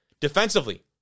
defensively